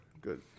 good